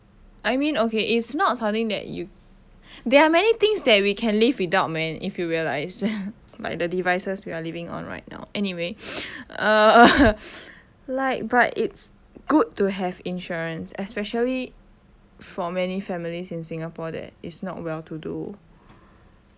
I mean okay it's not something that you there are many things that we can live without man if you realize like the devices we are living on right now anyway err like but it's good to have insurance especially for many families in singapore that is not well to do